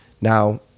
Now